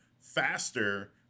faster